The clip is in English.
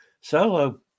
solo